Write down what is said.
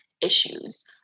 issues